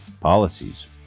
policies